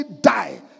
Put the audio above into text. die